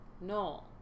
No